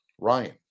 Ryan